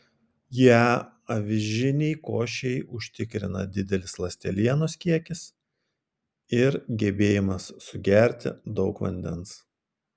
ją avižinei košei užtikrina didelis ląstelienos kiekis ir gebėjimas sugerti daug vandens